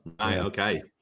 okay